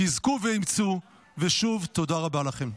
חיזקו ואימצו, ושוב, תודה רבה לכם.